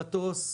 מטוס,